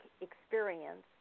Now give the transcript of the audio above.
experience